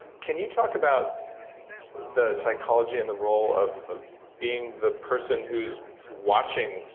can you talk about the psychology and the role of of being the person who's watching,